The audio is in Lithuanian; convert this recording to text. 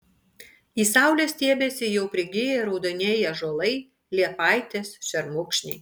į saulę stiebiasi jau prigiję raudonieji ąžuolai liepaitės šermukšniai